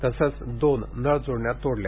तसंच दोन नळ जोडण्या तोडल्या